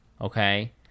okay